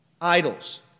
idols